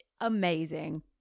amazing